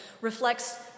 reflects